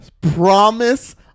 promise